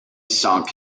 sunk